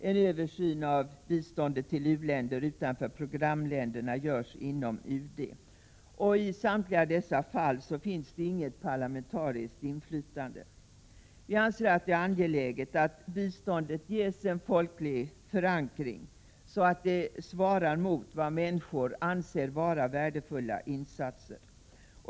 En översyn av biståndet till u-länder utanför programländerna görs inom UD. I samtliga dessa fall finns det inget parlamentariskt inflytande. Vi anser att det är angeläget att biståndet ges en folklig förankring, så att det svarar mot vad människor anser vara värdefulla insatser.